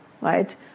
right